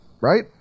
right